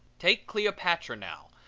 take cleopatra now,